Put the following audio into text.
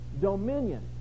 dominion